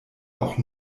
auch